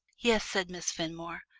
yes, said miss fenmore,